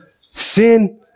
sin